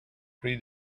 three